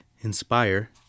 inspire